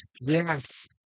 Yes